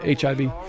HIV